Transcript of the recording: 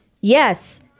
Yes